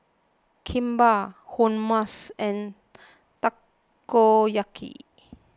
Kimbap Hummus and Takoyaki